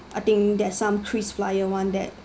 I think there's some krisflyer one that